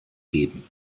geben